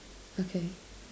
okay